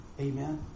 Amen